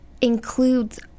includes